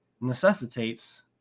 necessitates